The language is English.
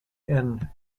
and